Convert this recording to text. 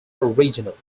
original